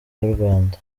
y’urwanda